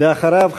ואחריו,